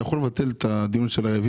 אתה יכול לבטל את הדיון של הרוויזיות.